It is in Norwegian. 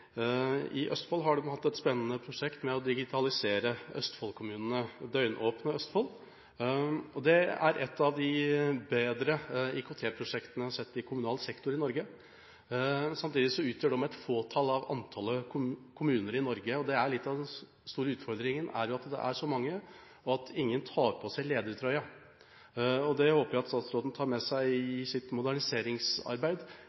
I Østfold har de hatt et spennende prosjekt med å digitalisere Østfold-kommunene, «Døgnåpne Østfold». Det er et av de bedre IKT-prosjektene jeg har sett i kommunal sektor i Norge. Samtidig utgjør de et fåtall av antallet kommuner i Norge, og det er litt av den store utfordringen. Det er så mange, og ingen tar på seg ledertrøya. Jeg håper statsråden tar med seg